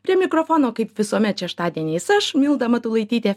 prie mikrofono kaip visuomet šeštadieniais aš milda matulaitytė